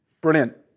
Brilliant